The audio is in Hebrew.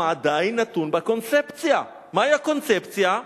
הוא עדיין נתון בקונספציה, מהי הקונספציה?